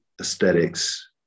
aesthetics